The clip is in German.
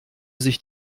sich